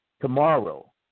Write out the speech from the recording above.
tomorrow